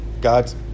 God's